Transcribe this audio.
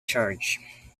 charge